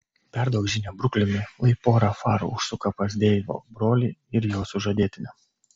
perduok žinią bruklinui lai pora farų užsuka pas deivo brolį ir jo sužadėtinę